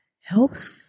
helps